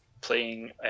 playing